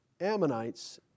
Ammonites